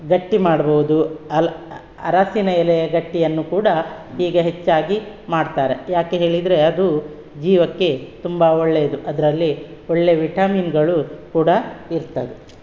ಗಟ್ಟಿ ಮಾಡ್ಬೋದು ಅಲ್ಲಿ ಅರಶಿಣ ಎಲೆ ಗಟ್ಟಿಯನ್ನು ಕೂಡ ಈಗ ಹೆಚ್ಚಾಗಿ ಮಾಡ್ತಾರೆ ಏಕೆ ಹೇಳಿದರೆ ಅದು ಜೀವಕ್ಕೆ ತುಂಬ ಒಳ್ಳೆಯದು ಅದರಲ್ಲಿ ಒಳ್ಳೆಯ ವಿಟಮಿನ್ಗಳು ಕೂಡ ಇರ್ತದೆ